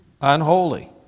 unholy